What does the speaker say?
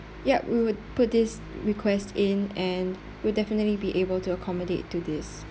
yup we would put this request in and we'll definitely be able to accommodate to this